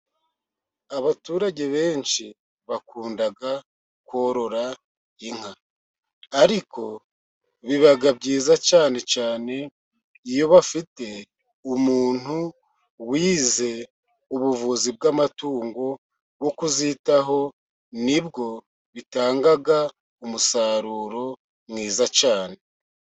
Abaturage benshi bakunda korora inka ,ariko biba byiza cyane cyane, iyo bafite umuntu wize ubuvuzi bw'amatungo bwo kuzitaho ,ni bwo bitanga umusaruro mwiza cyane.